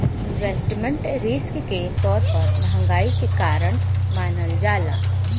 investment risk के तौर पर महंगाई के कारण मानल जाला